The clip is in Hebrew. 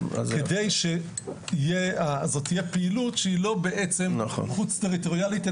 כדי שזאת תהיה פעילות שהיא לא בעצם חוץ טריטוריאלית,